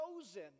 chosen